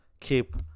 keep